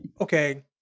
okay